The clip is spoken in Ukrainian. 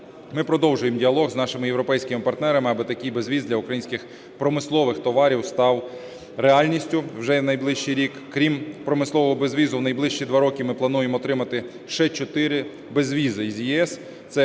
Ми продовжуємо діалог з нашими європейськими партнерами, аби такий безвіз для українських промислових товарів став реальність вже у найближчий рік. Крім промислового безвізу, в найближчі два роки ми плануємо отримати ще чотири безвізи з ЄС: